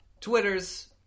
Twitter's